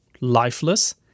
lifeless